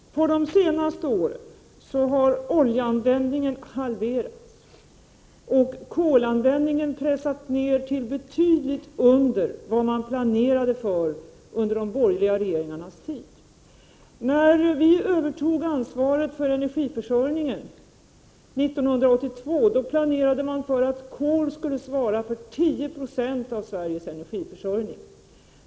Herr talman! Under de senaste åren har oljeanvändningen halverats. 10 november 1988 Kolanvändningen har pressats ned till betydligt under vad man planerade för = dj. under de borgerliga regeringarnas tid. När vi övertog ansvaret för energiförsörjningen 1982 planerade man för att kol skulle svara för 10 96 av Sveriges energiförsörjning.